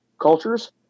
cultures